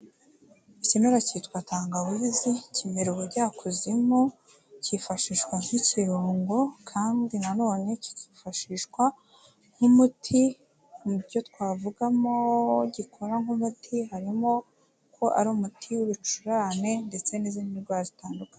Ikimera kitwa tangawizi kimera ubujyakuzimu, kifashishwa nk'ikirungo kandi na none kikifashishwa nk'umuti, mu byo twavugamo gikora nk'umuti harimo ko ari umuti w'ibicurane ndetse n'izindi ndwara zitandukanye.